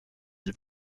his